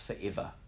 forever